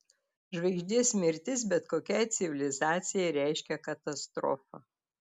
žvaigždės mirtis bet kokiai civilizacijai reiškia katastrofą